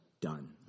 done